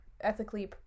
ethically